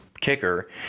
kicker